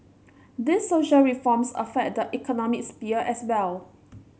these social reforms affect the economic sphere as well